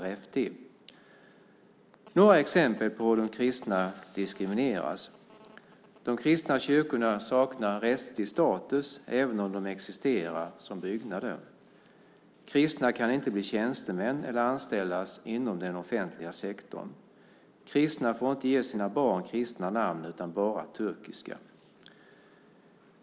Jag ska ge några exempel på hur de kristna diskrimineras. De kristna kyrkorna saknar rättslig status, även om de existerar som byggnader. Kristna kan inte bli tjänstemän eller anställas inom den offentliga sektorn. Kristna får inte ge sina barn kristna namn, utan bara turkiska.